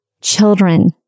children